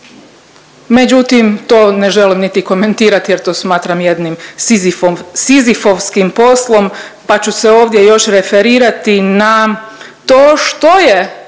Međutim, to ne želim niti komentirati jer to smatram jednim Sizifom, sizifovskim poslom pa ću se još ovdje referirati na to što je